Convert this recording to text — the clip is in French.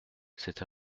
c’est